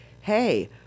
hey